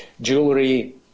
Jewelry